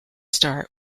start